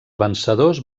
vencedors